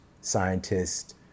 scientists